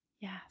Yes